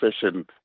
session